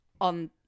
on